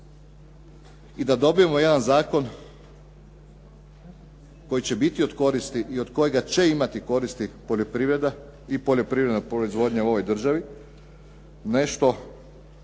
i da dobijemo jedan zakon koji će biti od koristi i od kojega će imati koristi poljoprivreda i poljoprivredna proizvodnja u ovoj državi, nešto